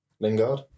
Lingard